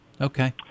Okay